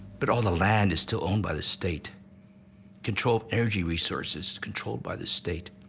but all the land is still owned by the state control of energy resources controlled by the state.